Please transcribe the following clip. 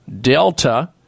Delta